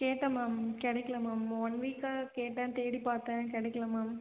கேட்டேன் மேம் கிடைக்கல ma'am one வீக்காக கேட்டேன் தேடிப்பார்த்தேன் கிடைக்கல மேம்